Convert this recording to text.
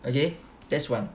okay that's one